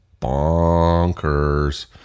bonkers